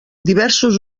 diversos